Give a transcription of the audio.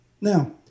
Now